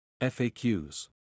FAQs